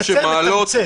הייתי אומר פרסונלית.